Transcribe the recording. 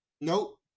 Nope